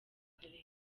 karere